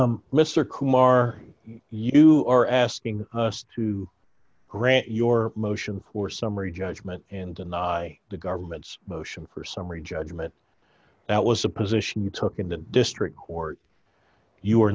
ok mr kumar you are asking us to grant your motion or summary judgment and deny the government's motion for summary judgment that was a position to work in the district court you are